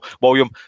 William